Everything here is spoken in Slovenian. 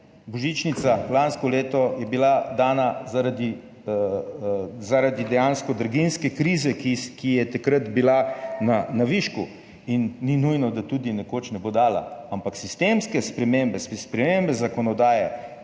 božičnica je bila lansko leto dejansko dana zaradi draginjske krize, ki je takrat bila na višku, in ni nujno, da tudi nekoč ne bo dana, ampak sistemske spremembe, spremembe zakonodaje